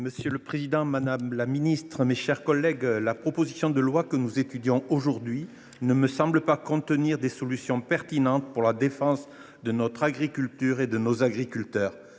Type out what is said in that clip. Monsieur le président, madame la ministre, mes chers collègues, la proposition de loi que nous étudions aujourd’hui ne me paraît pas contenir de solutions pertinentes pour la défense de notre agriculture et de nos agriculteurs.